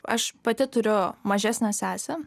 aš pati turiu mažesnę sesę